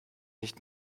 nicht